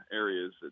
areas